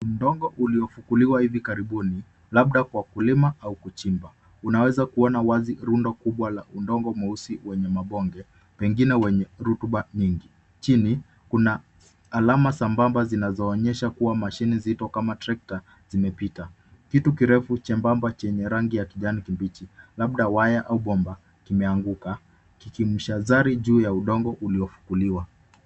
Udongo uliofukuliwa hivi karibuni, labda kwa kulimwa au kuchimba. Unaweza kuona wazi rundo kubwa la udongo mweusi wenye mabonge, pengine wenye rotuba nyingi. Chini kuna alama sabamba zinazo onyesha kuwa mashine nzito kama trekta zimepita. Kitu kirefu chembamba chenye rangi ya kijani kibichi labda waya au bomba kimeanguka kikimshazari juu ya udongo ulio fukuliwa.